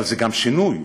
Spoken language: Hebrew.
אבל גם זה שינוי.